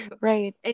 right